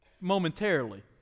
momentarily